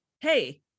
Hey